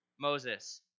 Moses